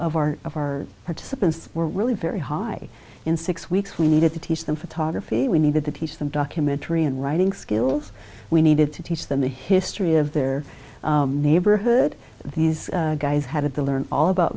of our of our participants were really very high in six weeks we needed to teach them photography we needed to teach them documentary and writing skills we needed to teach them the history of their neighborhood these guys had to learn all about